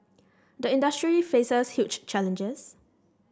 the industry faces huge challenges